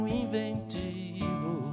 inventivo